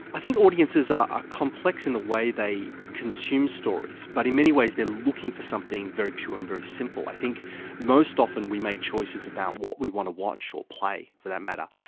i think audiences are ah complex in the way they consume stories, but in many ways they are looking for something very pure and very simple. i think most often we make choices about what we watch to watch or play, for that matter,